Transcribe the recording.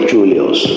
Julius